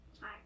Hi